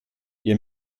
ihr